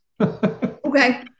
Okay